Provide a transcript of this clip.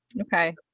Okay